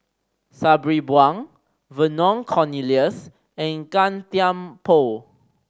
Sabri Buang Vernon Cornelius and Gan Thiam Poh